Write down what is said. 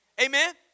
Amen